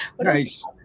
Nice